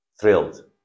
thrilled